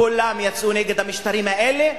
כולם יצאו נגד המשטרים האלה,